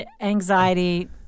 anxiety